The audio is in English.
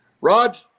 Rod